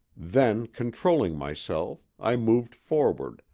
then, controlling myself, i moved forward,